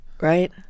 right